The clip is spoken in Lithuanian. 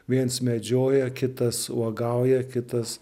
viens medžioja kitas uogauja kitas